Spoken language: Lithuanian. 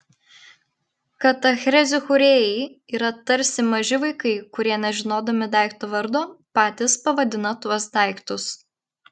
katachrezių kūrėjai yra tarsi maži vaikai kurie nežinodami daikto vardo patys pavadina tuos daiktus